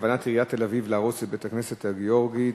כוונת עיריית תל-אביב להרוס את בית-הכנסת הגאורגי,